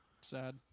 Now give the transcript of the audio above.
Sad